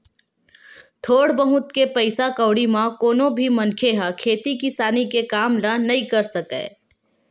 थोर बहुत के पइसा कउड़ी म कोनो भी मनखे ह खेती किसानी के काम ल नइ कर सकय